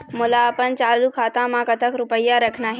मोला अपन चालू खाता म कतक रूपया रखना हे?